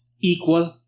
Equal